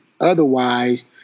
Otherwise